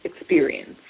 experience